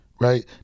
Right